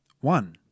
One